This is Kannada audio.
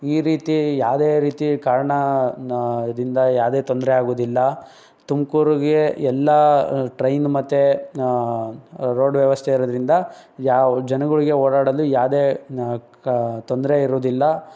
ಈ ರೀತಿ ಯಾವ್ದೇ ರೀತಿ ಕಾರಣ ದಿಂದ ಯಾವ್ದೇ ತೊಂದರೆ ಆಗೋದಿಲ್ಲ ತುಮ್ಕೂರಿಗೆ ಎಲ್ಲ ಟ್ರೈನ ಮತ್ತು ರೋಡ್ ವ್ಯವಸ್ಥೆ ಇರೋದರಿಂದ ಯಾವ ಜನಗಳ್ಗೆ ಓಡಾಡಲು ಯಾವ್ದೇ ಕ ತೊಂದರೆ ಇರೋದಿಲ್ಲ